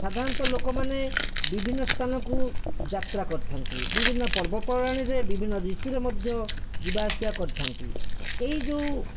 ସାଧାରଣତଃ ଲୋକମାନେ ବିଭିନ୍ନ ସ୍ଥାନକୁ ଯାତ୍ରା କରିଥାନ୍ତି ବିଭିନ୍ନ ପର୍ବପର୍ବାଣୀରେ ବିଭିନ୍ନ ଋତୁରେ ମଧ୍ୟ ଯିବା ଆସିବା କରିଥାନ୍ତି ଏହି ଯେଉଁ